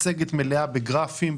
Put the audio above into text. מצגת מלאה בגרפים,